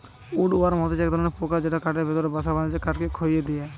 would worm হতিছে এক ধরণের পোকা যেটি কাঠের ভেতরে বাসা বাঁধটিছে কাঠকে খইয়ে দিয়া